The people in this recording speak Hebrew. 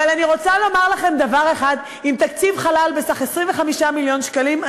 אבל אני רוצה לומר לכם דבר אחד: עם תקציב חלל בסך 25 מיליון שקלים,